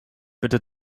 bitte